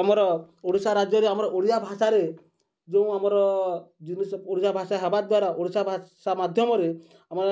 ଆମର ଓଡ଼ିଶା ରାଜ୍ୟରେ ଆମର ଓଡ଼ିଆ ଭାଷାରେ ଯେଉଁ ଆମର ଜିନିଷ ଓଡ଼ିଶା ଭାଷା ହେବା ଦ୍ୱାରା ଓଡ଼ିଶା ଭାଷା ମାଧ୍ୟମରେ ଆମେ